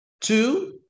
Two